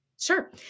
Sure